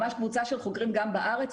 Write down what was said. ממש קבוצה של חוקרים גם בארץ,